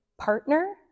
partner